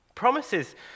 Promises